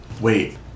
Wait